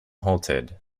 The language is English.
halted